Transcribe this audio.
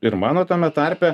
ir mano tame tarpe